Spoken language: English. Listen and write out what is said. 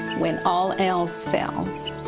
when all else fails,